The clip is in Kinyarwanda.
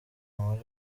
muri